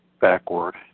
backward